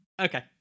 Okay